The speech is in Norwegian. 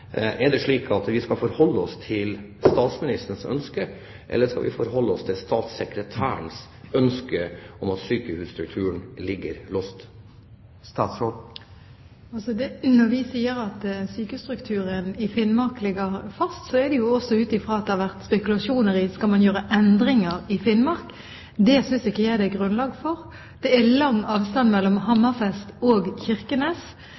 Er det slik at vi skal forholde oss til statsministerens ønske, eller skal vi forholde oss til statssekretærens ønske om at sykehusstrukturen ligger låst? Når vi sier at sykehusstrukturen i Finnmark ligger fast, er det også ut fra at det har vært spekulasjoner om vi skal gjøre endringer i Finnmark. Det synes ikke jeg det er grunnlag for. Det er lang avstand mellom Hammerfest og Kirkenes,